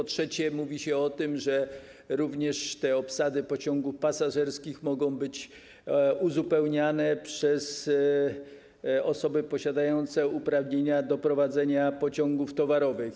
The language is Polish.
Po trzecie, mówi się również o tym, że obsady pociągów pasażerskich mogą być uzupełniane przez osoby posiadające uprawnienia do prowadzenia pociągów towarowych.